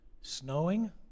snowing